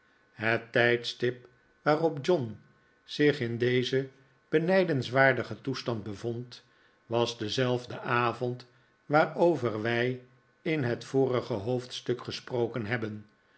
het tijdstip waarop john zich in dezen benijdenswaardigen toestand bevond was dezelfde avond waarover wij in het vorige hoofdstuk gesproken hebben